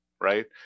right